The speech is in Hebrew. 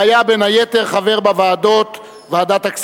והיה בין היתר חבר בוועדת הכספים,